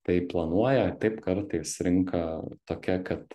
taip planuoja taip kartais rinka tokia kad